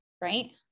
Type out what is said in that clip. right